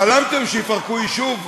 חלמתם שיפרקו יישוב?